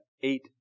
eight